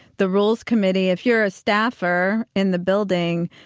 the rules committee, if you're a staffer in the building,